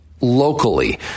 locally